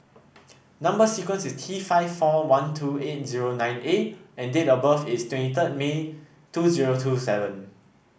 number sequence is T five four one two eight zero nine A and date of birth is twenty third May two zero two seven